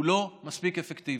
הוא לא מספיק אפקטיבי.